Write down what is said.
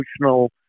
emotional